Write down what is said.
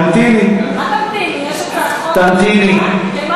הבאת תיקון לחוק?